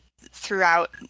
throughout